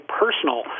personal